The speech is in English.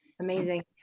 Amazing